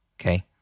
okay